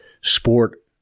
sport